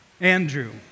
Andrew